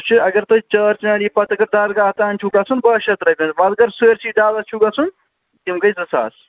سُہ چھِ اگر تُہۍ چار چِناری پَتہٕ اگر درگاہ تانۍ چھُو گژھُن باہ شتھ رۄپیہِ حظ وۅنۍ اَگر سٲرسٕے ڈلس چھُو گژھُن تِم گٔے زٕ ساس